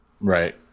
Right